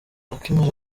akimara